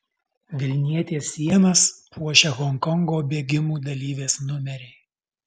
vilnietės sienas puošia honkongo bėgimų dalyvės numeriai